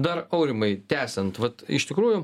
dar aurimai tęsiant vat iš tikrųjų